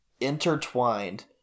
intertwined